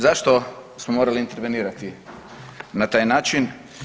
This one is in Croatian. Zašto smo morali intervenirati na taj način?